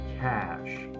cash